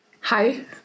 Hi